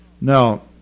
Now